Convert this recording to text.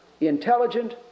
intelligent